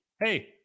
Hey